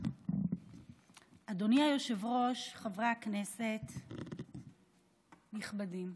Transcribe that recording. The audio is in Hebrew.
אדוני היושב-ראש, חברי הכנסת הנכבדים,